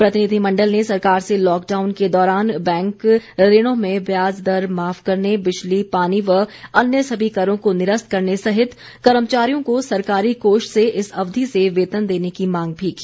प्रतिनिधिमंडल ने सरकार से लॉकडाउन के दौरान बैंक ऋणों में व्याज दर माफ करने बिजली पानी व अन्य सभी करों को निरस्त करने सहित कर्मचारियों को सरकारी कोष से इस अवधि से वेतन देने की मांग भी की